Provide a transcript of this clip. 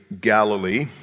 Galilee